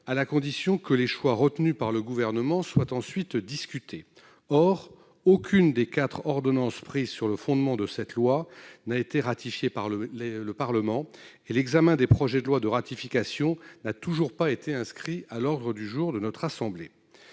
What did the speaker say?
à condition que les choix retenus par le Gouvernement soient ensuite discutés. Or aucune des quatre ordonnances prises sur le fondement de cette loi n'a été ratifiée par le Parlement, et l'examen des projets de loi de ratification n'a toujours pas été inscrit à l'ordre du jour de notre assemblée.